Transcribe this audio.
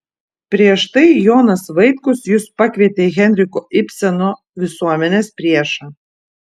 prieš tai jonas vaitkus jus pakvietė į henriko ibseno visuomenės priešą